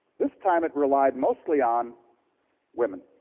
this time it relied mostly on women,